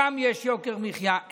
גם יש יוקר מחיה.